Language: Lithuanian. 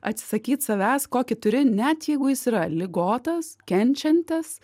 atsisakyt savęs kokį turi net jeigu jis yra ligotas kenčiantis